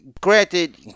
Granted